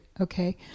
Okay